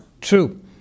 True